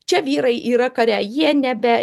čia vyrai yra kare jie nebe